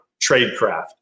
tradecraft